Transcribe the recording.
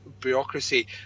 bureaucracy